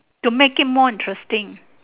to make it more interesting